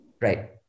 Right